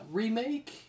remake